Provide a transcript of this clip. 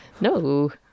No